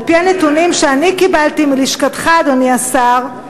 על-פי הנתונים שאני קיבלתי מלשכתך, אדוני השר,